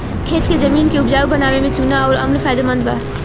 खेत के जमीन के उपजाऊ बनावे में चूना अउर अम्ल फायदेमंद बा